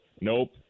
nope